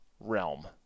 realm